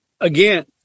Again